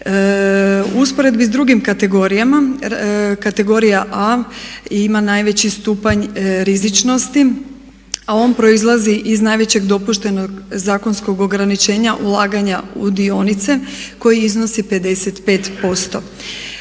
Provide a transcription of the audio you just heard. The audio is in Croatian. U usporedbi sa drugim kategorijama, kategorija A ima najveći stupanj rizičnosti a on proizlazi iz najvećeg dopuštenog zakonskog ograničenja ulaganja u dionice koji iznosi 55%.